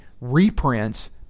reprints